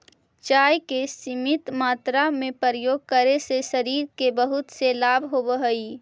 चाय के सीमित मात्रा में प्रयोग करे से शरीर के बहुत से लाभ होवऽ हइ